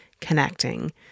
connecting